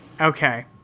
Okay